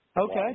Okay